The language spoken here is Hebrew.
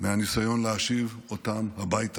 מהניסיון להשיב אותם הביתה.